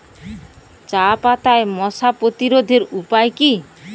চাপাতায় মশা প্রতিরোধের উপায় কি?